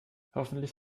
hoffentlich